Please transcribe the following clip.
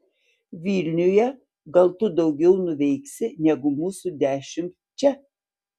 vilniuje gal tu daugiau nuveiksi negu mūsų dešimt čia